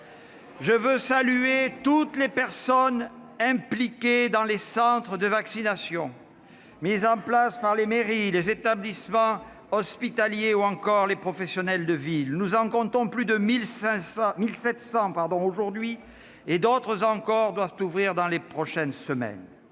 Je veux saluer toutes les personnes impliquées dans les centres de vaccination mis en place par les mairies, les établissements hospitaliers ou encore des professionnels de ville. Nous en comptons plus de 1 700 aujourd'hui, et d'autres encore doivent ouvrir dans les prochaines semaines.